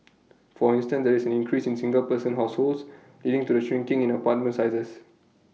for instance there is increase in single person households leading to the shrinking in apartment sizes